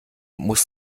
muss